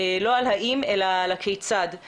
לא על האם, אלא על כיצד.